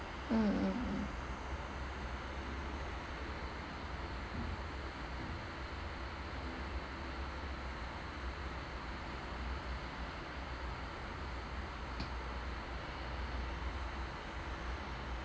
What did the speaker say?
mm mm mm